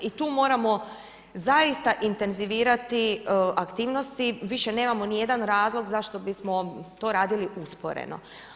I tu moramo zaista intenzivirati aktivnosti, više nemao nijedan razlog zašto bismo to radili usporeno.